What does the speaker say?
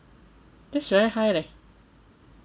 that's very high leh